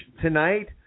tonight